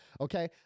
okay